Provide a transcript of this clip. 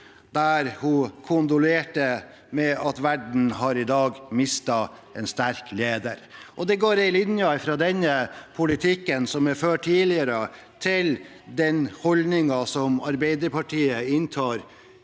der hun kondolerte med at verden hadde mistet en sterk leder. Det går en linje fra den politikken som er blitt ført tidligere, til den holdningen som Arbeiderpartiet inntar